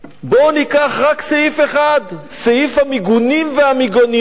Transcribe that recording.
בואו ניקח רק סעיף אחד, סעיף המיגונים והמיגוניות